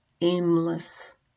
aimless